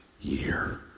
year